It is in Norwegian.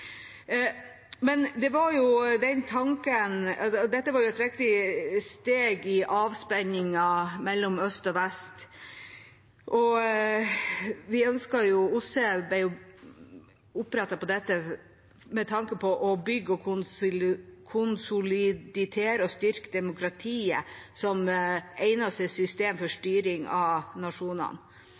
Dette var et viktig steg i avspenningen mellom øst og vest, og OSSE ble opprettet med tanke på å bygge, konsolidere og styrke demokratiet som eneste system for styring av nasjonene.